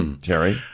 Terry